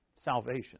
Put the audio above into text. salvation